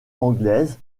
anglaise